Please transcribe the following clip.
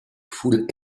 foule